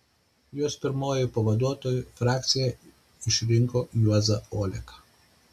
jos pirmuoju pavaduotoju frakcija išrinko juozą oleką